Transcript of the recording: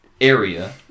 area